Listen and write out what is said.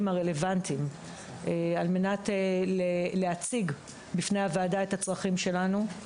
הרלוונטיים על מנת להציג בפני הוועדה את הצרכים שלנו.